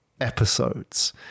episodes